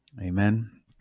Amen